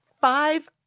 five